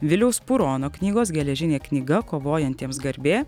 viliaus purono knygos geležinė knyga kovojantiems garbė